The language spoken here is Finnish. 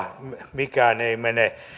mikään ei mene